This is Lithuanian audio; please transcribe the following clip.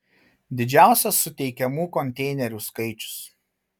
didžiausias suteikiamų konteinerių skaičius